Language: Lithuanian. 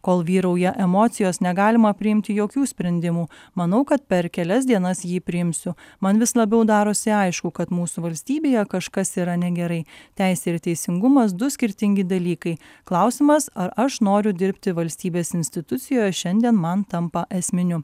kol vyrauja emocijos negalima priimti jokių sprendimų manau kad per kelias dienas jį priimsiu man vis labiau darosi aišku kad mūsų valstybėje kažkas yra negerai teisė ir teisingumas du skirtingi dalykai klausimas ar aš noriu dirbti valstybės institucijoje šiandien man tampa esminiu